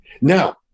Now